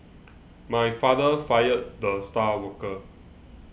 my father fired the star worker